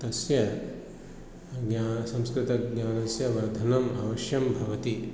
तस्य ज्ञा संस्कृतज्ञानस्य वर्धनम् अवश्यं भवति